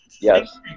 Yes